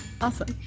Awesome